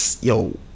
yo